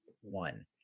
one